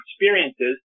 experiences